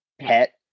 Pet